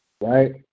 Right